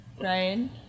Ryan